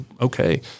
okay